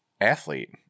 athlete